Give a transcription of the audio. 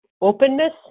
openness